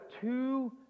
two